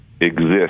exist